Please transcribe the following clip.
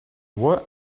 what